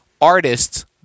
Artists